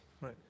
Right